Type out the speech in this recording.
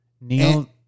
Neil